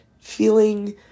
feeling